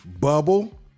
bubble